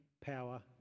power